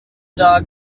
dog